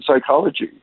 psychology